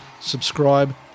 Subscribe